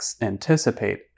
anticipate